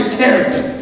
character